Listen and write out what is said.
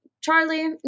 Charlie